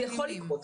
זה יכול לקרות,